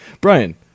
Brian